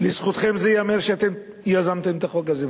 לזכותכם ייאמר שאתם יזמתם את החוק הזה.